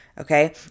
Okay